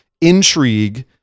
intrigue